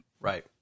Right